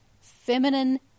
feminine